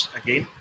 again